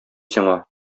сиңа